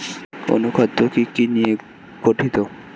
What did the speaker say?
অনুখাদ্য কি কি নিয়ে গঠিত?